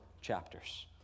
chapters